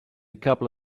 couple